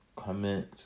comment